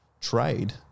trade